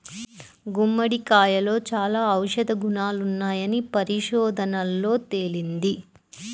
గుమ్మడికాయలో చాలా ఔషధ గుణాలున్నాయని పరిశోధనల్లో తేలింది